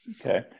Okay